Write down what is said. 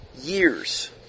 Years